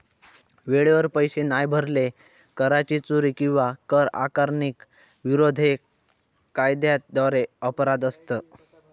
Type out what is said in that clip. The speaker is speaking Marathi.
वेळेवर पैशे नाय भरले, कराची चोरी किंवा कर आकारणीक विरोध हे कायद्याद्वारे अपराध असत